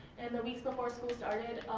and the weeks before school started,